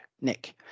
Nick